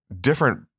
different